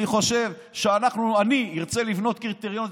אני חושב שאני ארצה לבנות קריטריון.